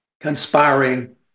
conspiring